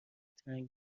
تنگ